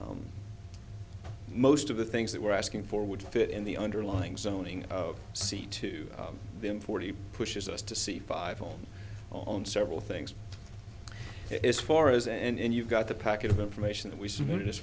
most of the things that we're asking for would fit in the underlying zoning of c two of them forty pushes us to see five on on several things as far as and you've got the packet of information that we